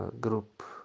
group